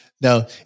Now